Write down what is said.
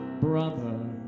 Brother